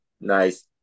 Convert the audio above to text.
Nice